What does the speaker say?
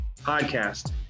podcast